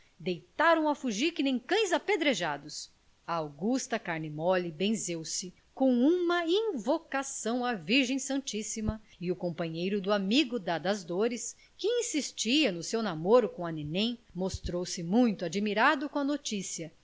deitaram a fugir que nem cães apedrejados a augusta carne mole benzeu se com uma invocação à virgem santíssima e o companheiro do amigo da das dores que insistia no seu namoro com a nenen mostrou-se muito admirado com a noticia